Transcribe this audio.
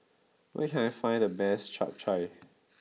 where can I find the best Chap Chai